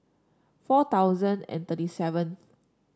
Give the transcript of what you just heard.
four thousand and thirty seventh